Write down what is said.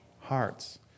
hearts